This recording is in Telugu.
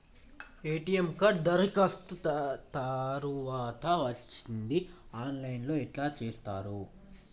ఎ.టి.ఎమ్ కార్డు దరఖాస్తు తరువాత వచ్చేది ఆన్ లైన్ లో ఎట్ల చూత్తరు?